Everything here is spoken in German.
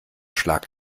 schlag